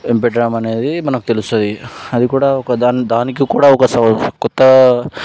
ఏం పెట్టమొ అనేది మనకు తెలుస్తుంది అది కూడా ఒకదానికే దానికి కూడా కొత్త